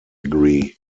degree